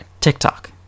TikTok